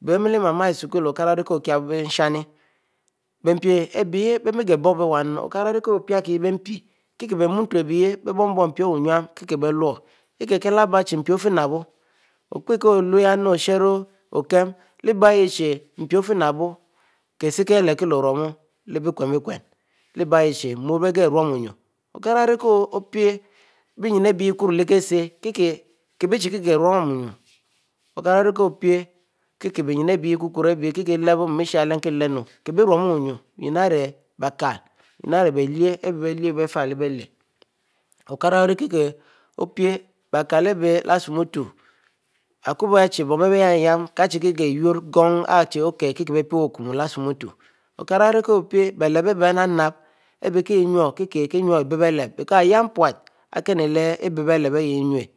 bieh mieh mama esukule okara oriki okiyahbo inshehing, bie mpi abieh bie miel gheh bobo oo wunu bie mutu abieh biebum mpi ennu kibie lure, ikieh kiehlur opie yah nunu ko shari okium, leh bie ihieh chie mpi ofieh napbo kese kilekieh lo-orumu bie yeh chie bie murro bie ochieh rum wunu, okara ori ko pie beynne ibie ikuro leh kese kieh bie chie rumbunnu, okara ori kp pie beynnu, okara rumu buynnu, okara ori ko pie kie beynne kielebo muisheh leh kile nu, kibie, ari bielyieh ari bie abie mu ari lyiel afieh lebirhy kara opie bie kileh ari isumutu ikobo arichie, bon bie yin yin kie chie chie yurro gon ori kieh chie ori leh isumutu okara ori ko pie, bie lepb, eribie kie inyuo kie inyuo ibe-bie lepe iyam-pute ari kennu leh bie lepe ibie innue